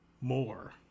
more